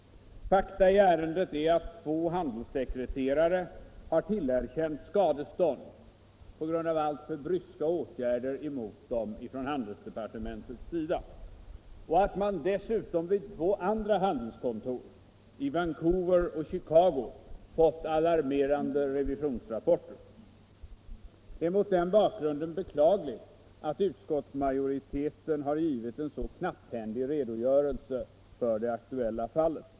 Fakta i ärendet är att två handelssekreterare har tillerkänts skadestånd på grund av alltför bryska åtgärder mot dem från handelsdepartementets sida och att man dessutom vid två andra handelskontor — i Vancouver och Chicago — fått alarmerande revisionsrapporter. Det är mot den bakgrunden beklagligt att utskottsmajoriteten har givit en så knapphändig redogörelse för det aktuella fallet.